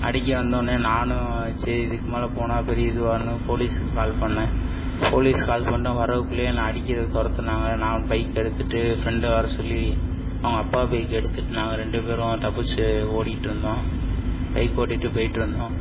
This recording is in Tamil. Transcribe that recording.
அடிக்க வந்தவொடனே நானும் சரி இதுக்கு மேலே போனால் பெரிய இதுவாகும் போலீஸுக்கு கால் பண்ணேன் போலீஸுக்கு கால் பண்ண வரதுக்குள்ளயே என்னை அடிக்கிறதுக்கு துரத்துனாங்க நானும் பைக் எடுத்துட்டு ஃப்ரெண்டை வர சொல்லி அவங்க அப்பா பைக்கை எடுத்துட்டு நாங்கள் ரெண்டு பேரும் தப்பித்து ஓடிட்டிருந்தோம் பைக் ஓட்டிட்டு போயிட்டிருந்தோம்